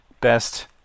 best